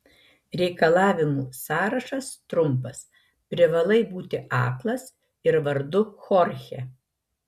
reikalavimų sąrašas trumpas privalai būti aklas ir vardu chorchė